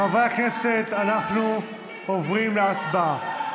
חברי הכנסת, אנחנו עוברים להצבעה.